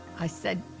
i said,